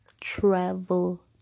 travel